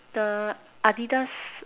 the Adidas